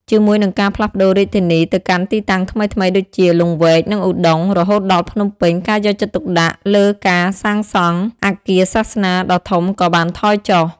ជាមួយនឹងការផ្លាស់ប្តូររាជធានីទៅកាន់ទីតាំងថ្មីៗដូចជា លង្វែក និងឧដុង្គ រហូតដល់ភ្នំពេញ ការយកចិត្តទុកដាក់លើការសាងសង់អគារសាសនាដ៏ធំក៏បានថយចុះ។